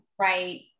Right